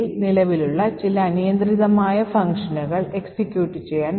c O0 പോലുള്ള പ്രത്യേക program നമ്മൾ കംപൈൽ ചെയ്യുന്നു